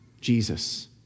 Jesus